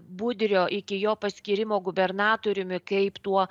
budrio iki jo paskyrimo gubernatoriumi kaip tuo